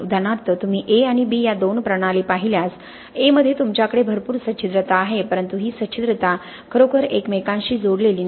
उदाहरणार्थ तुम्ही A आणि B या दोन प्रणाली पाहिल्यास A मध्ये तुमच्याकडे भरपूर सच्छिद्रता आहे परंतु ही सच्छिद्रता खरोखर एकमेकांशी जोडलेली नाही